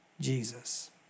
Jesus